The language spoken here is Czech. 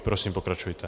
Prosím, pokračujte.